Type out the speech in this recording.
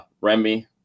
Remy